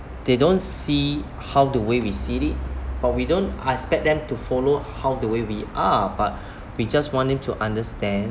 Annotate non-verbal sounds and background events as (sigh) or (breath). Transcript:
they don't see how the way we see it but we don't expect them to follow how the way we are but (breath) we just want him to understand